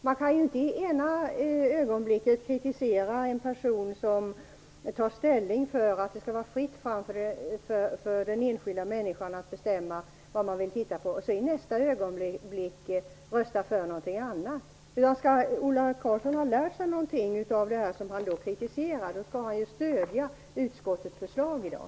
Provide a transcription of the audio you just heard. Det går inte att i det ena ögonblicket kritisera en person som tar ställning för att det skall vara fritt fram för den enskilda människan att bestämma vad han skall titta på, för att sedan i nästa ögonblick rösta för något annat. Om Ola Karlsson har lärt sig något av det han kritiserar, skall han stödja utskottets förslag i dag.